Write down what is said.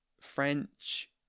French